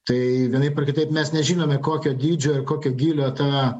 tai vienaip ar kitaip mes nežinome kokio dydžio ir kokio gylio tą